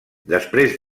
després